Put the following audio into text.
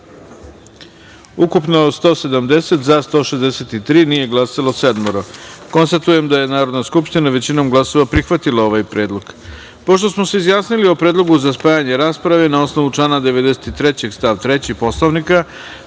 ukupno – 170, za – 163, nije glasalo – sedmoro. Konstatujem da je Narodna skupština većinom glasova prihvatila ovaj predlog. Pošto smo se izjasnili o predlogu za spajanje rasprave, na osnovu člana 93. stav 3. Poslovnika,